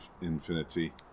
Infinity